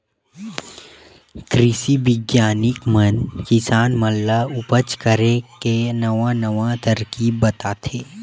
कृषि बिग्यानिक मन किसान मन ल उपज करे के नवा नवा तरकीब बताथे